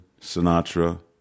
Sinatra